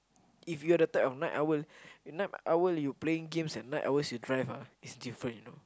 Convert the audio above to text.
if you are the type of night owl you night owl you playing games and night owl you drive ah is different you know